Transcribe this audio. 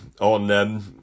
on